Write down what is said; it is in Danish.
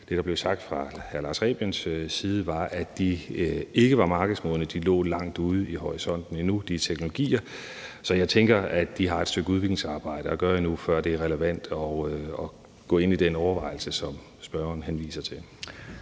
det, der blev sagt fra Lars Rebiens side, var, at disse teknologier ikke var markedsmodne, og at de stadig lå langt ude i horisonten. Så jeg tænker, at de stadig har et stykke udviklingsarbejde at gøre, før det er relevant at gå ind i den overvejelse, som spørgeren henviser til.